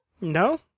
No